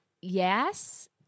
yes